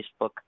facebook